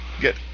Get